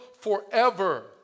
forever